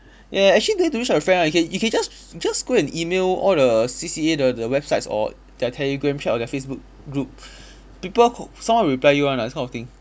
ya actually no need to reach out your friend ah you can you can just just go and email all the C_C_A the the websites or their telegram chat or their facebook group people someone will reply you [one] ah this kind of thing